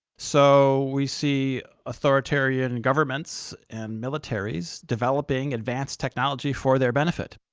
so we see authoritarian and governments and militaries developing advanced technology for their benefit.